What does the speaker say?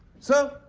sir.